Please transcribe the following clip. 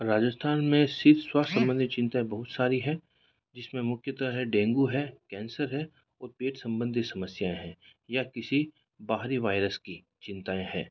राजिस्थान में सी स्वास्थ्य संबंधित चिंताएं बहुत सारी हैं जिस में मुख्यतः है डेंगू है कैंसर है और पेट संबंधित समस्याएं हैं या किसी बाहरी वायरस की चिंताएं हैं